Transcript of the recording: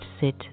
sit